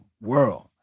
world